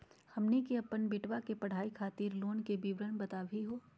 हमनी के अपन बेटवा के पढाई खातीर लोन के विवरण बताही हो?